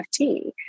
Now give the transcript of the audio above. NFT